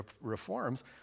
reforms